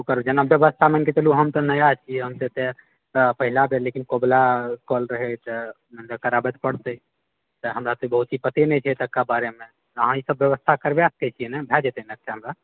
ओकर जेना व्यवस्था मानिके चलु हम तऽ नया छी हम तऽ एतए पहिला बेर लेकिन कबूला कएल रहै तऽ मतलब कराबै तऽ पड़तै तऽ हमरा तऽ बहुत चीज पते नहि छै एतुका बारेमे अहाँ ई सब व्यवस्था करबा सकैत छिऐ ने भए जेतै ने हमरा